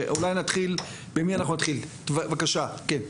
בבקשה כן.